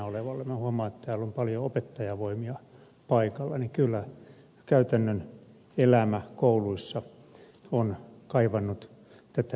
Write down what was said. minä huomaan että täällä on paljon opettajavoimia paikalla ja kyllä käytännön elämä kouluissa on kaivannut tätä esitystä